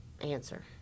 answer